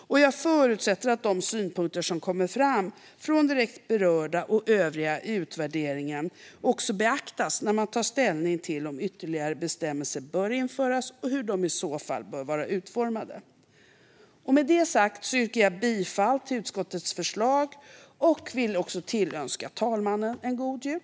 Jag förutsätter att de synpunkter som kommer fram, från direkt berörda och övriga i utvärderingen, också beaktas när man tar ställning till om ytterligare bestämmelser bör införas och hur de i så fall bör vara utformade. Med det sagt yrkar jag bifall till utskottets förslag. Jag vill också tillönska herr talmannen en god jul!